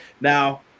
Now